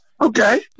okay